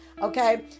Okay